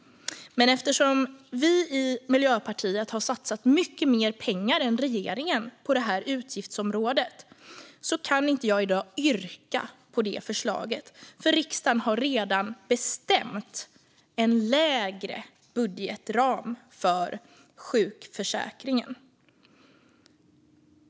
Men eftersom vi har satsat mycket mer pengar än regeringen på det här utgiftsområdet kan jag inte yrka bifall till det förslaget i dag, för riksdagen har redan bestämt en snävare budgetram för sjukförsäkringen.